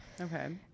okay